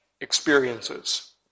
experiences